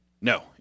No